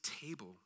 table